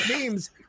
memes